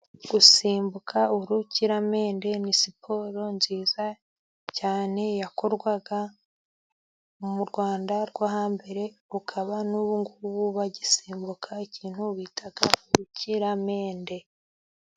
Gusimbuka urukiramende ni siporo nziza cyane yakorwaga mu Rwanda rwo hambere, bakaba n'ubungubu bagisimbuka ikintu bita urukiramende.